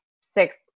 six